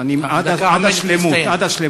אז עד השלמוּת.